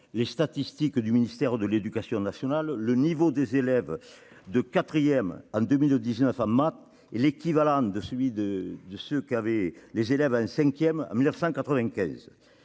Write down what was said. les statistiques du ministère de l'éducation nationale, « le niveau des élèves de 4 en 2019 en maths est équivalent à celui des élèves de 5 en 1995